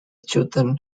chiltern